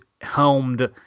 helmed